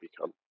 become